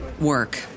work